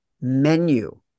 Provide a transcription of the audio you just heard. Menu